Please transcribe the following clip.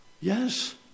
Yes